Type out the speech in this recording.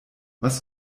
was